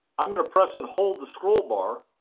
i'm going to press and hold the scroll bar,